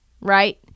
right